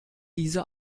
diese